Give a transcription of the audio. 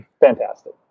Fantastic